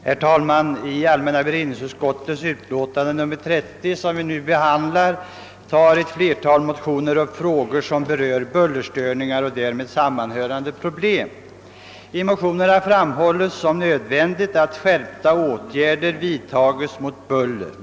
Herr talman! I allmänna beredningsutskottets utlåtande nr 30 behandlas ett flertal motioner beträffande bullerstörningar och därmed sammanhängande problem. I motionerna framhålls som nödvändigt att skärpta åtgärder vidtas mot buller.